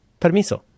permiso